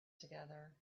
together